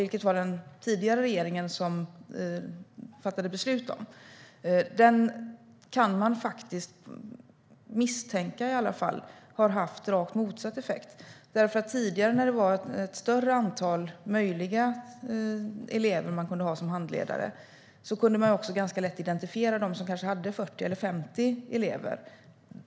Det var den tidigare regeringen som fattade beslut om det. Man kan i alla fall misstänka att den förändringen har haft rakt motsatt effekt. Tidigare, när en handledare kunde ha ett större antal elever, kunde man nämligen ganska lätt identifiera dem som kanske hade 40 eller 50 elever.